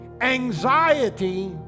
anxiety